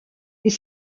est